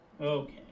okay